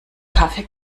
kaffee